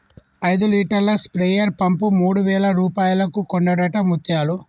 ఐదు లీటర్ల sprayer pump మూడు వేల రూపాయలకు కొన్నడట ముత్యాలు